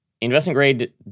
Investment-grade